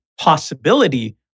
possibility